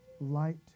light